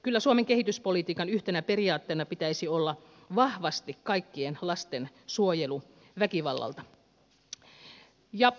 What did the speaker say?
kyllä suomen kehityspolitiikan yhtenä periaatteena pitäisi olla vahvasti kaikkien lasten suojelu väkivallalta